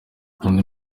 andi